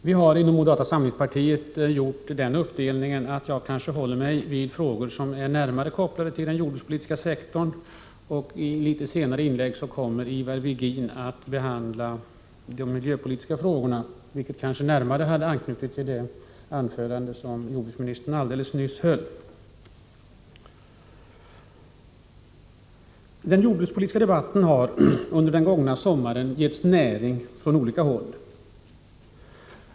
Vi har i moderata samlingspartiet gjort den uppdelningen att jag håller mig till frågor som är närmare kopplade till den jordbrukspolitiska sektorn och att Ivar Virgin i ett senare inlägg behandlar de miljöpolitiska frågorna, som kanske närmare hade anknutit till det anförande som jordbruksministern höll alldeles nyss. Den jordbrukspolitiska debatten har under den gångna sommaren getts näring från olika håll.